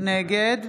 נגד